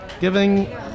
giving